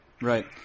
Right